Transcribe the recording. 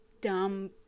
dumb